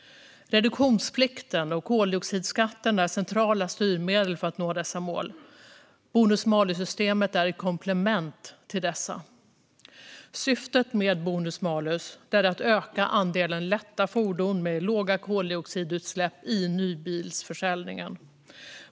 Reduktionsplikten och koldioxidskatten är centrala styrmedel för att nå dessa mål. Bonus-malus-systemet är ett komplement till dessa. Syftet med bonus-malus är att öka andelen lätta fordon med låga koldioxidutsläpp i nybilsförsäljningen.